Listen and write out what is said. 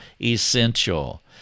essential